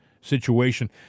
situation